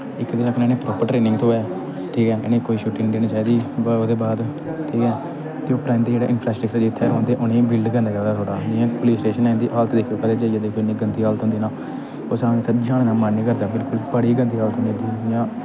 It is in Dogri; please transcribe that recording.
इक ते बैपनें दी प्रापर ट्रेनिंग थ्होऐ ठीक ऐ इ'नें गी कोई छुट्टी निं देनी चाहिदी बा ओह्दे बाद ठीक ऐ ते उप्परा इं'दे जेह्ड़े इंफ्रास्टक्चर जित्थै रौंह्दे उ'नें गी बिल्ड करने चाहिदा थोह्ड़ा जि'यां पुलीस स्टेशन ऐ इं'दी हालत दिक्खेओ कदें जाइयै दिक्खेओ इन्नी गंदी हालत होंदी ना इंसान उत्थै जाने दा मन निं करदा बड़ी गंदी हालत होंदी इं'दी इ'यां